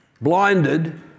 blinded